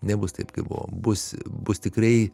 nebus taip kaip buvo bus bus tikrai